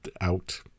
out